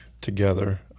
together